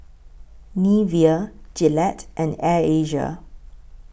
Nivea Gillette and Air Asia